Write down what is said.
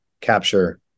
capture